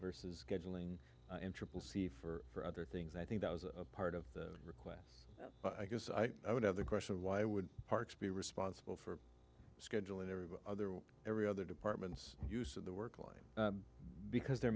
versus scheduling in triple c for other things i think that was part of the request i guess i would have the question of why would parks be responsible for scheduling every every other departments use of the work line because they're